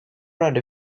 around